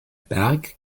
berg